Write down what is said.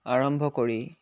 আৰম্ভ কৰি